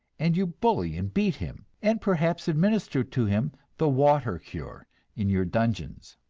and you bully and beat him, and perhaps administer to him the water cure in your dungeons.